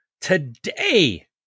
today